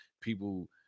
people